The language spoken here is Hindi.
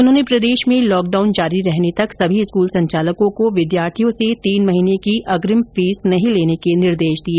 उन्होंने प्रदेश में लॉक डाउन जारी रहने तक सभी स्कूल संचालकों को विद्यार्थियों से तीन महीने की अग्रिम फीस नहीं लेने के निर्देश दिए